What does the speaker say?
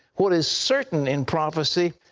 what is certain in prophecy,